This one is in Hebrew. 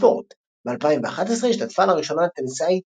בספורט ב-2011 השתתפה לראשונה הטניסאית